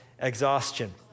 exhaustion